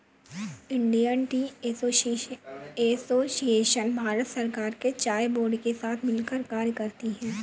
Indian tea association Bharat सरकार के चाय बोर्ड के साथ मिलकर कार्य करती है